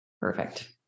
Perfect